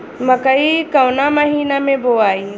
मकई कवना महीना मे बोआइ?